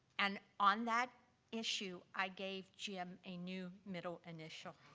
and on that issue, i gave jim a new middle initial.